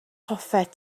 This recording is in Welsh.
hoffet